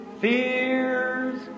fears